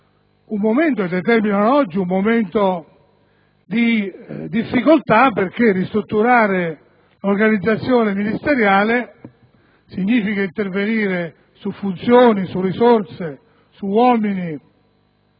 determinato e determinano oggi un momento di difficoltà perché ristrutturare l'organizzazione ministeriale significa intervenire su funzioni, risorse, uomini